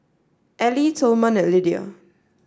Ally Tilman and Lidia